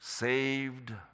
Saved